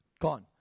Gone